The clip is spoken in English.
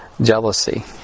jealousy